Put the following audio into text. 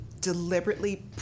deliberately